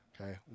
Okay